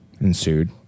ensued